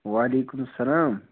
وعلیکُم سَلام